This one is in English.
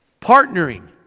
partnering